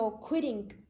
quitting